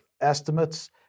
estimates